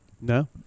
No